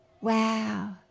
Wow